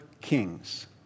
kings